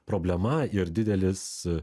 problema ir didelis